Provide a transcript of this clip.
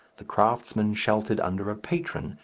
the craftsman sheltered under a patron,